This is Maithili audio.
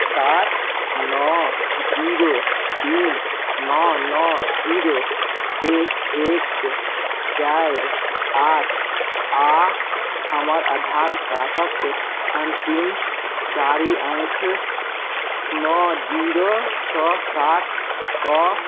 सात नओ जीरो तीन नओ नओ जीरो एक एक चारि आठ आओर हमर आधार कार्डके अन्तिम चारि अङ्क नओ जीरो छओ सातके